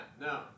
No